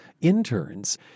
interns